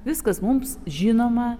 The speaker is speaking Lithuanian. viskas mums žinoma